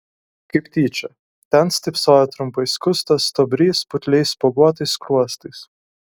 kaip tyčia ten stypsojo trumpai skustas stuobrys putliais spuoguotais skruostais